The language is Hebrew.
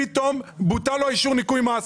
פתאום בוטל לו אישור ניכוי מס.